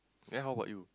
then how about you